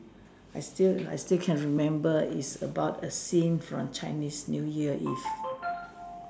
I still I still can remember it's about a scene from Chinese new year eve